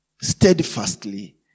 steadfastly